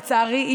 לצערי,